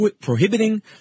prohibiting